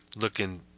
looking